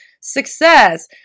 success